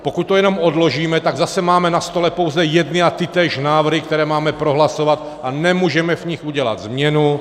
Pokud to jenom odložíme, tak zase máme na stole pouze jedny a tytéž návrhy, které máme prohlasovat, a nemůžeme v nich udělat změnu.